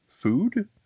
food